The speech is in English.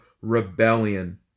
rebellion